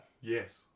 yes